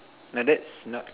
now that's not